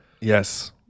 Yes